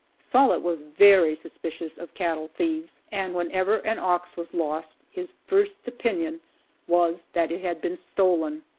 sollitt was very suspicious of cattle thieves, and, whenever an ox was lost, his first opinion was that it had been stolen.